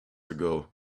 ago